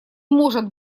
может